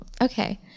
Okay